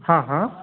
हाँ हाँ